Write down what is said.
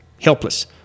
helpless